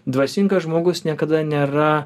dvasingas žmogus niekada nėra